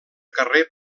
carrer